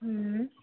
हूँ